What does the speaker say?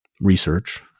research